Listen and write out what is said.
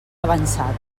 avançat